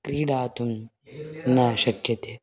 क्रीडीतुं न शक्यते